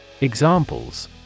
Examples